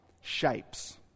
shapes